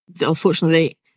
Unfortunately